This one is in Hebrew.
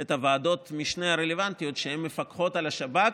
את ועדות המשנה הרלוונטיות שמפקחות על השב"כ,